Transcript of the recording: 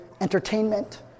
entertainment